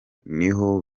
niho